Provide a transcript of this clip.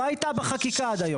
היא לא הייתה בחקיקה עד היום.